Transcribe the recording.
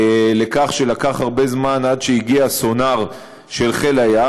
לכך שלקח הרבה זמן עד שהגיע סונאר של חיל הים,